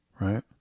right